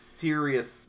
serious